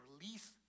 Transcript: release